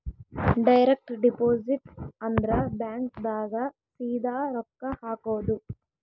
direct deposit ಅಂದ್ರ bank ದಾಗ ಸೀದಾ ರೊಕ್ಕ ಹಾಕೋದು